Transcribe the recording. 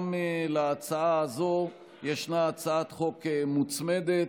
גם להצעה הזאת ישנה הצעת חוק מוצמדת,